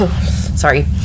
sorry